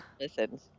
listen